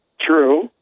True